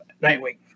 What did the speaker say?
Nightwing